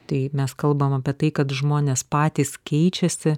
tai mes kalbam apie tai kad žmonės patys keičiasi